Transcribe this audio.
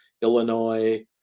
Illinois